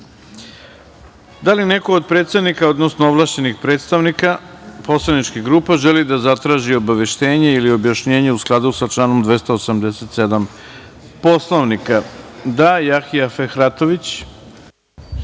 li neko od predsednika, odnosno ovlašćenih predstavnika poslaničkih grupa želi da zatraži obaveštenje ili objašnjenje u skladu sa članom 287. Poslovnika? Reč ima Jahja Fehratović.